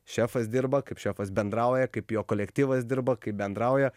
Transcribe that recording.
šefas dirba kaip šefas bendrauja kaip jo kolektyvas dirba kaip bendrauja